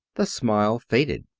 the smile faded.